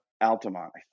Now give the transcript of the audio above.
Altamont